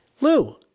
Lou